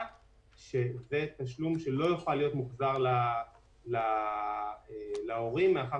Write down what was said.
שזה תשלום שלא יוכל להיות מוחזר להורים מאחר